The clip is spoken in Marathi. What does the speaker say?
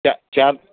त्या चार